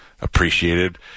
appreciated